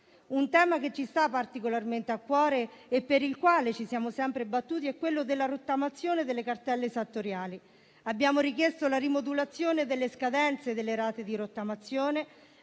Un tema che ci sta particolarmente a cuore e per il quale ci siamo sempre battuti è quello della rottamazione delle cartelle esattoriali. Abbiamo richiesto la rimodulazione delle scadenze delle rate di rottamazione,